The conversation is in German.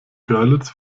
görlitz